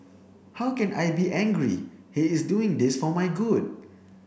how can I be angry he is doing this for my good